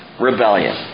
Rebellion